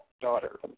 daughter